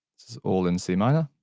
this is all in c minor